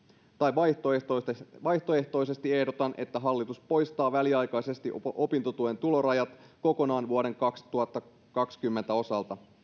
vaihtoehtoisesti vaihtoehtoisesti ehdotan että hallitus poistaa väliaikaisesti opintotuen tulorajat kokonaan vuoden kaksituhattakaksikymmentä osalta